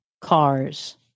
cars